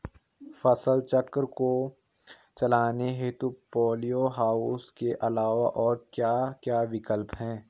फसल चक्र को चलाने हेतु पॉली हाउस के अलावा और क्या क्या विकल्प हैं?